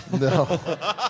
No